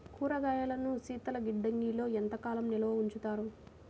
కూరగాయలను శీతలగిడ్డంగిలో ఎంత కాలం నిల్వ ఉంచుతారు?